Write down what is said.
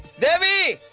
devi?